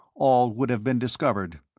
all would have been discovered.